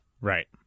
Right